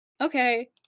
Okay